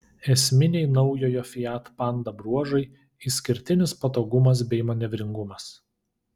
esminiai naujojo fiat panda bruožai išskirtinis patogumas bei manevringumas